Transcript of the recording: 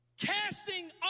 Casting